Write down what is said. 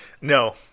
No